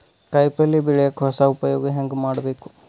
ಕಾಯಿ ಪಲ್ಯ ಬೆಳಿಯಕ ಹೊಸ ಉಪಯೊಗ ಹೆಂಗ ಮಾಡಬೇಕು?